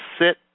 sit